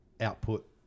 output